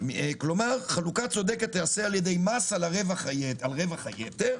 כלומר חלוקה צודקת תיעשה על-ידי מס על רווח היתר